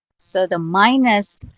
so the minus,